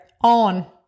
on